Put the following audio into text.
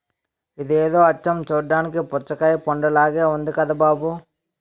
ఇదేదో అచ్చం చూడ్డానికి పుచ్చకాయ పండులాగే ఉంది కదా బాబూ